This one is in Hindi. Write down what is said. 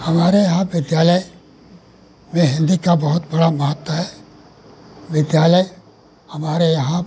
हमारे यहाँ विद्यालय में हिन्दी का बहुत बड़ा महत्व है विद्यालय हमारे यहाँ